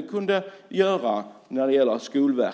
kunde göra någonting liknande när det gäller Skolverket.